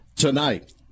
Tonight